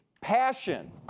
Passion